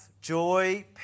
joy